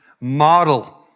Model